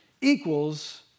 Equals